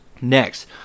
Next